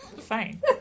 fine